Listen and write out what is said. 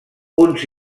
uns